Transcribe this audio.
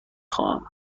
خواهم